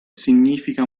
significa